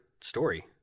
story